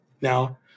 Now